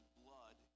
blood